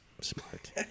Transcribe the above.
smart